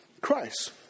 Christ